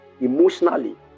emotionally